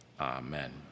Amen